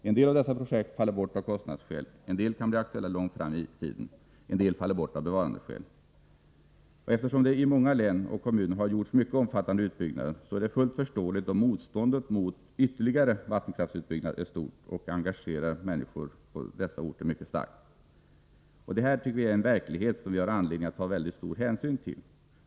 En del av dessa projekt faller bort av kostnadsskäl, en del kan bli aktuella långt fram i tiden, och en del faller bort av bevarandeskäl. Eftersom det i många län och kommuner har gjorts mycket omfattande utbyggnader, är det fullt förståeligt om motståndet mot ytterligare vattenkraftsutbyggnad är stort och engagerar människor på dessa orter mycket starkt. Detta är en verklighet som vi har anledning att ta mycket stor hänsyn till.